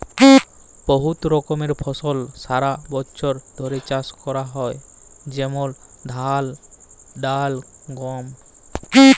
বহুত রকমের ফসল সারা বছর ধ্যরে চাষ ক্যরা হয় যেমল ধাল, ডাল, গম